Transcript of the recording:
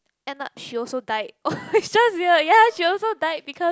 end up she also died is just weird ya she also died because